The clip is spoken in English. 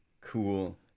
Cool